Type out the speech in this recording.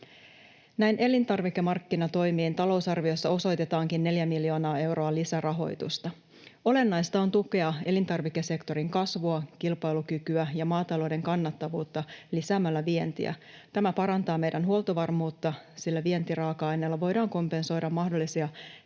Näin elintarvikemarkkinatoimiin talousarviossa osoitetaankin 4 miljoonaa euroa lisärahoitusta. Olennaista on tukea elintarvikesektorin kasvua, kilpailukykyä ja maatalouden kannattavuutta lisäämällä vientiä. Tämä parantaa meidän huoltovarmuutta, sillä vientiraaka-aineella voidaan kompensoida mahdollisia häiriötilanteita